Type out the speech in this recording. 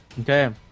Okay